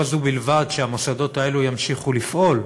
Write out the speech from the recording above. שלא זו בלבד שהמוסדות האלו ימשיכו לפעול,